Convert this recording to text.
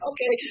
Okay